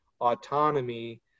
autonomy